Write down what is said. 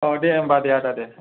अ दे होमबा दे आदा दे